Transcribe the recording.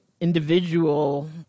individual